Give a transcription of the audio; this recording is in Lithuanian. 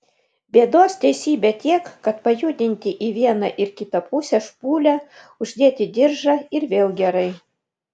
bėdos teisybė tiek kad pajudinti į vieną ir kitą pusę špūlę uždėti diržą ir vėl gerai